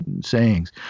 sayings